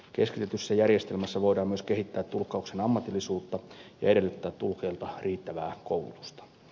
keskitetyssä järjestelmässä voidaan myös kehittää tulkkauksen ammatillisuutta ja edellyttää tulkeilta riittävää koulutusta